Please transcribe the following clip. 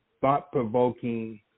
thought-provoking